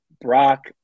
Brock